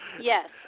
yes